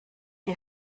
die